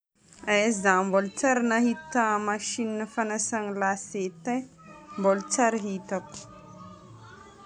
E zaho mbola tsy ary nahita masinina fagnasana lasety e, mbola tsy ary hitako.